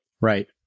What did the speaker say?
Right